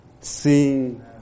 Seeing